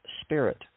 spirit